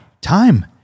time